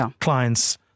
clients